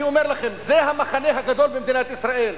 אני אומר לכם, זה המחנה הדגול במדינת ישראל.